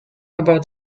about